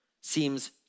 seems